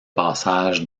passage